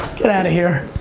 get outta here.